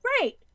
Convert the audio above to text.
Right